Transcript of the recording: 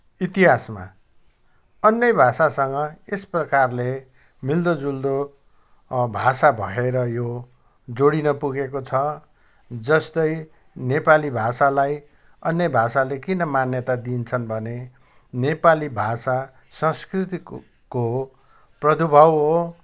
इतिहासमा अन्य भाषासँग यसप्रकारले मिल्दोजुल्दो भाषा भएर यो जोडिन पुगेको छ जस्तै नेपाली भाषालाई अन्य भाषाले किन मान्यता दिन्छन् भने नेपाली भाषा संस्कृतिको प्रादुर्भाव हो